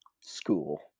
school